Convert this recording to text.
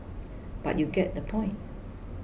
but you get the point